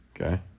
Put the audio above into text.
Okay